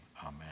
amen